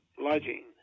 lodging